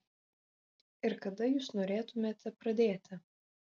ir kada jūs norėtumėte pradėti